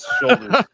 shoulders